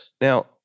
Now